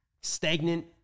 stagnant